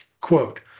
Quote